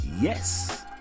yes